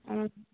ହଁ